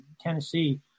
Tennessee